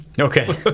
okay